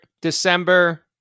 December